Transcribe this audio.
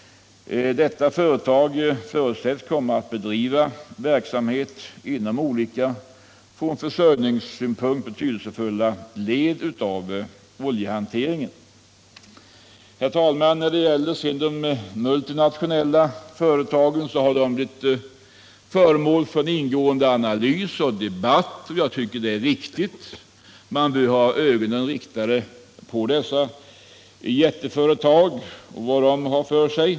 Detta företag förutsätts komma att bedriva verksamhet inom olika från försörjningssynpunkt betydelsefulla led i oljehanteringen. Vad sedan gäller de multinationella företagen har dessa varit föremål för en ingående analys och debatt. Det tycker jag är riktigt, eftersom man bör ha ögonen på dessa jätteföretag och se vad de har för sig.